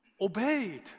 obeyed